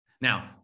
now